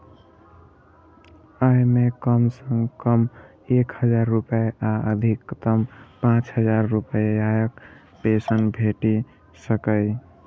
अय मे कम सं कम एक हजार रुपैया आ अधिकतम पांच हजार रुपैयाक पेंशन भेटि सकैए